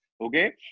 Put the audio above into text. Okay